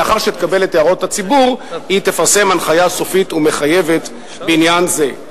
לאחר שתקבל את הערות הציבור היא תפרסם הנחיה סופית ומחייבת בעניין זה.